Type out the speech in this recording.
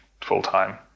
full-time